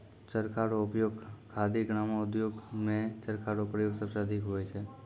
चरखा रो उपयोग खादी ग्रामो उद्योग मे चरखा रो प्रयोग सबसे अधिक हुवै छै